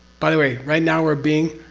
by the way, right now we're being?